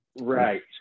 Right